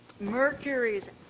Mercury's